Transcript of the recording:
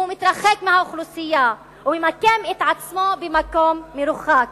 הוא מתרחק מהאוכלוסייה וממקם את עצמו במקום מרוחק.